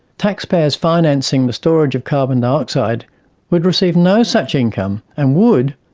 taxpayers financing the storage of carbon dioxide would receive no such income and would,